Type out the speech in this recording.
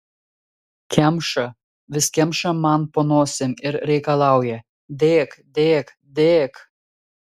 kemša vis kemša man po nosim ir reikalauja dėk dėk dėk